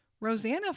Rosanna